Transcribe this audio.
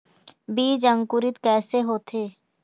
बीज अंकुरित कैसे होथे?